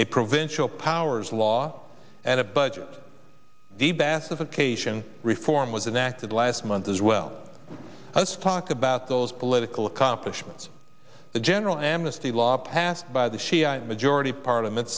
a provincial powers law and a budget the bass of occasion reform was an act of last month as well as talk about those political accomplishments the general amnesty law passed by the shiite majority parliament